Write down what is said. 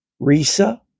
Risa